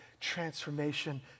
transformation